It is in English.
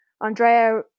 Andrea